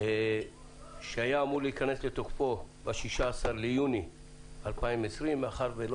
שהיה אמור להיכנס לתוקפו ב-16 ביוני 2020. מאחר שלא